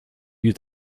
eut